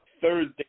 Thursday